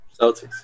Celtics